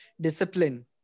discipline